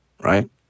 right